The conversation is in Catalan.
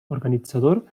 organitzador